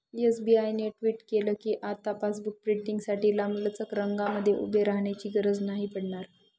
SBI ने tweet केल कीआता पासबुक प्रिंटींगसाठी लांबलचक रंगांमध्ये उभे राहण्याची गरज नाही पडणार